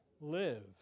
live